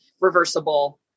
reversible